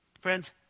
Friends